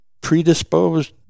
predisposed